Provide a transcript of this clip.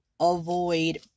avoid